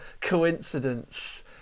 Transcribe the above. coincidence